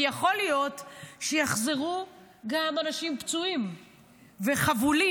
כי יכול להיות שיחזרו גם אנשים פצועים וחבולים.